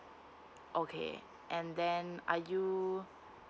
okay and then are you